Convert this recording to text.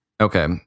Okay